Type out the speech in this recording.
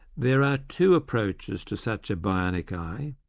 there are two approaches to such a bionic eye.